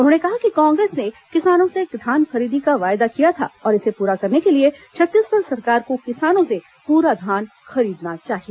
उन्होंने कहा कि कांग्रेस ने किसानों से धान खरीदी का वायदा किया था और इसे पूरा करने के लिए छत्तीसगढ़ सरकार को किसानों से पूरा धान खरीदना चाहिए